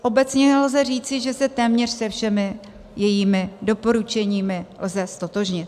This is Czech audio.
Obecně lze říci, že se téměř se všemi jejími doporučeními lze ztotožnit.